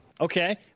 Okay